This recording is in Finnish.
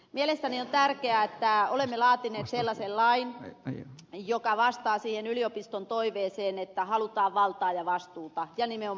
mielestäni on tärkeää että olemme laatineet sellaisen lain joka vastaa siihen yliopiston toiveeseen että halutaan valtaa ja vastuuta ja nimenomaan autonomiaa